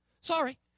Sorry